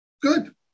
good